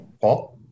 Paul